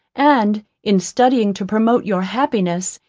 and, in studying to promote your happiness,